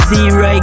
Zero